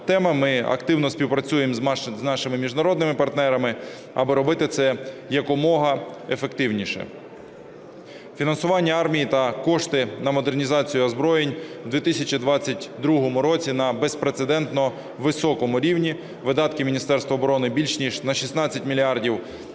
Ми активно співпрацюємо з нашими міжнародними партнерами, аби робити це якомога ефективніше. Фінансування армії та кошти на модернізацію озброєнь у 2022 році на безпрецедентно високому рівні. Видатки Міністерства оборони більше ніж на 16 мільярдів